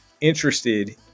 interested